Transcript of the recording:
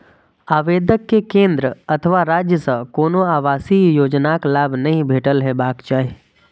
आवेदक कें केंद्र अथवा राज्य सं कोनो आवासीय योजनाक लाभ नहि भेटल हेबाक चाही